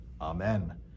Amen